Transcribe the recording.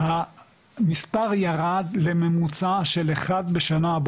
המספר ירד לממוצע של אחד בשנה.